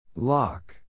Lock